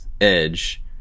edge